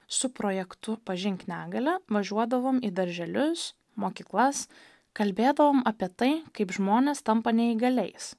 su projektu pažink negalią važiuodavom į darželius mokyklas kalbėdavom apie tai kaip žmonės tampa neįgaliais